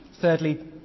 Thirdly